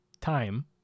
time